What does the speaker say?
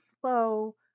slow